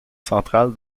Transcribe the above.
central